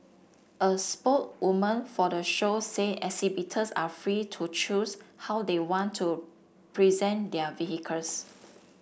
a spokeswoman for the show said exhibitors are free to choose how they want to present their